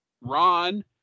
Ron